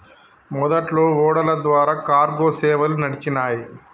మొదట్లో ఓడల ద్వారా కార్గో సేవలు నడిచినాయ్